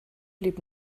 blieb